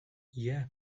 yeah